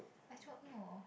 I don't know